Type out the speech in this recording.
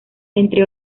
entre